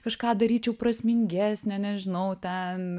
kažką daryčiau prasmingesnio nežinau ten